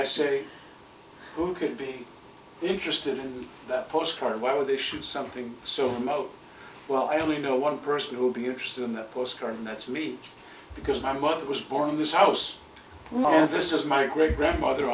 i say who could be interested in that postcard why would they shoot something so remote well i only know one person who will be interested in the postcard and that's me because my mother was born in this house right now this is my great grandmother